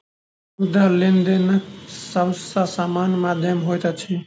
मुद्रा, लेनदेनक सब सॅ सामान्य माध्यम होइत अछि